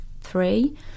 three